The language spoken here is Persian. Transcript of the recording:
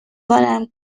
کنم